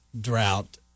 drought